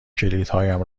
کلیدهایم